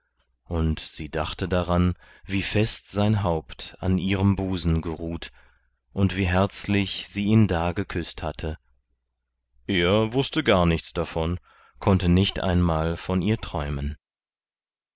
und sie dachte daran wie fest sein haupt an ihrem busen geruht und wie herzlich sie ihn da geküßt hatte er wußte gar nichts davon konnte nicht einmal von ihr träumen